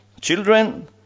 children